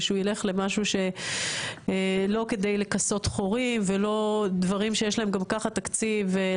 ושהוא ילך למשהו לא כדי לכסות חורים או לדברים שיש להם גם ככה תקציב,